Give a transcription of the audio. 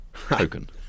token